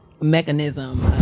mechanism